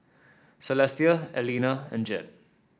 Celestia Elena and Jed